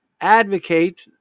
advocate